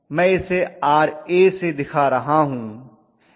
मैं इसे Ra से दिखा रहा हूँ